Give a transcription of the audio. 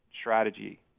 strategy